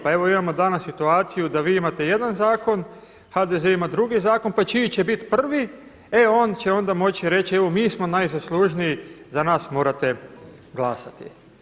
Pa evo imamo danas situaciju da vi imate jedan zakon, HDZ ima drugi zakon, pa čiji će biti prvi, e onda će on moći reći mi smo najzaslužniji, za nas morate glasati.